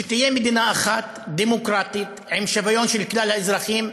שתהיה מדינה אחת דמוקרטית עם שוויון לכלל האזרחים,